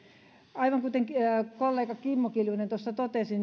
aivan kuten kollega kimmo kiljunen tuossa totesi